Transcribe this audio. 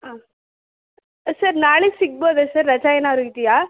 ಹಾಂ ಸರ್ ನಾಳೆ ಸಿಗ್ಬೋದಾ ಸರ್ ರಜೆ ಏನಾದ್ರು ಇದೆಯಾ